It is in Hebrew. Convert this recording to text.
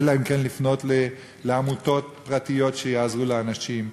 אלא להפנות לעמותות פרטיות שיעזרו לאנשים.